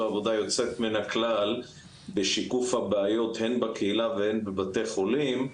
עבודה יוצאת מן הכלל בשיקוף הבעיות הן בקהילה והן בבתי חולים,